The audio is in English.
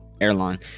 airline